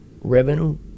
revenue